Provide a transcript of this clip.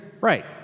Right